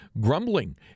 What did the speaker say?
grumbling